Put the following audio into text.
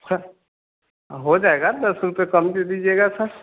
हो जाएगा दस रुपये कम दे दीजिएगा सर